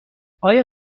آیا